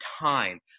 Time